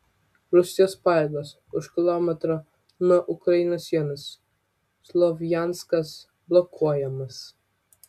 rusijos pajėgos už kilometro nuo ukrainos sienos slovjanskas blokuojamas